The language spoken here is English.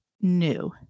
new